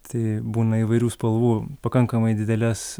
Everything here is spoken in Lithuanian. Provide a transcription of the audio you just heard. tai būna įvairių spalvų pakankamai didelės